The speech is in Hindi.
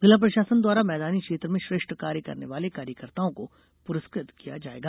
जिला प्रशासन द्वारा मैदानी क्षेत्रों मे श्रेष्ठ कार्य करने वाले कार्यकर्ताओं को पुरस्कृत किया जायेगा